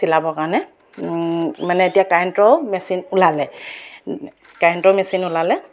চিলাবৰ কাৰণে মানে এতিয়া কাৰেণ্টৰ মেচিন ওলালে কাৰেণ্টৰ মেচিন ওলালে